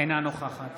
אינה נוכחת